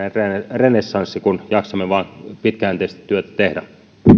renessanssi kun jaksamme vain pitkäjänteisesti työtä tehdä